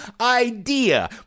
idea